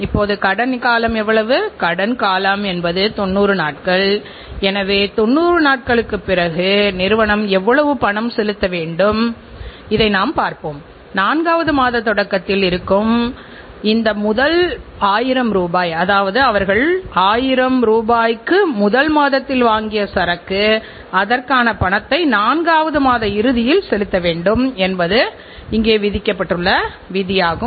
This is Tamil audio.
எனவே வாடிக்கையாளர் தரம் மற்றும் விலையின் அடிப்படையில் திருப்தி அடைந்தால் நிறுவனத்தின் எதிர்காலம் சிறந்தது என்று நீங்கள் நினைக்கலாம் மேலும் வாடிக்கையாளர்கள் ஆதரவு அளிக்காவிட்டால் நிறுவனத்தில் என்ன நடக்கும் என்பதையும் நீங்கள் புரிந்து கொள்ள முடியும்